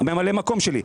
ממלא המקום שלי,